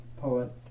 poet